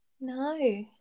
no